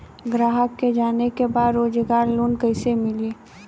ग्राहक के जाने के बा रोजगार लोन कईसे मिली?